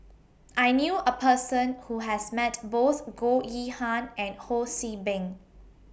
I knew A Person Who has Met Both Goh Yihan and Ho See Beng